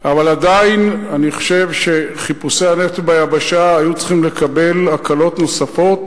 אבל עדיין אני חושב שחיפושי הנפט ביבשה היו צריכים לקבל הקלות נוספות,